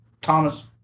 Thomas